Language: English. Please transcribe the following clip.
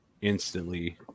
instantly